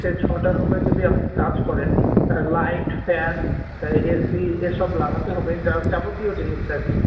সেই ছটা রুমে যদি আপনি কাজ করেন লাইট ফ্যান এ সি এসব লাগাতে হবে যা যাবতীয় জিনিস যা কী